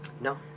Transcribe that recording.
no